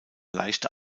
leichte